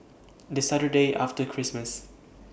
The Saturday after Christmas